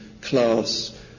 class